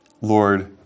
Lord